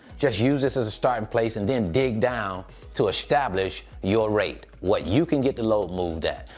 just use this as a starting place, and then dig down to establish your rate. what you can get the load moved at.